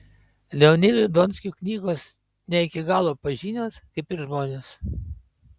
leonidui donskiui knygos ne iki galo pažinios kaip ir žmonės